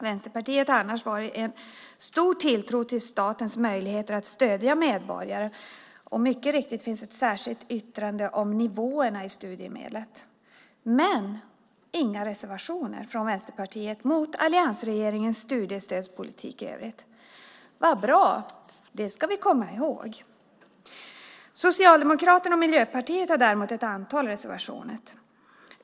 Vänsterpartiet har annars haft en stor tilltro till statens möjligheter att stödja medborgare. Det finns mycket riktigt ett särskilt yttrande om nivåerna i studiemedlet. Men det finns inga reservationer från Vänsterpartiet mot alliansregeringens studiestödspolitik i övrigt. Så bra. Det ska vi komma ihåg. Socialdemokraterna och Miljöpartiet har däremot ett antal reservationer.